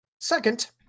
Second